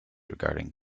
regarding